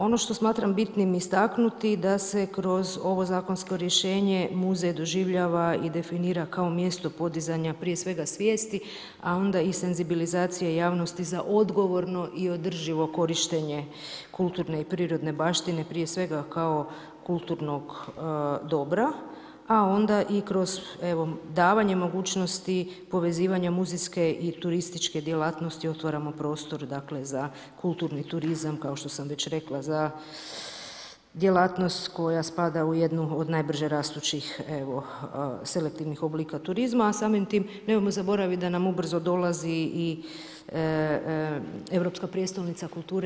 Ono što smatram bitnim istaknuti da se kroz ovo zakonsko rješenje muzej doživljava i definira kao mjesto podizanja prije svega svijesti, a onda i senzibilizacije javnosti za odgovorno i održivo korištenje kulturne i prirodne baštine prije svega kao kulturnog dobra, a onda i kroz evo davanje mogućnosti, povezivanja muzejske i turističke djelatnosti otvaramo prostor, dakle za kulturni turizam kao što sam već rekla za djelatnost koja spada u jednu od najbrže rastućih evo selektivnih oblika turizma, a samim tim nemojmo zaboraviti da nam ubrzo dolazi i europska prijestolnica kulture.